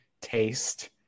taste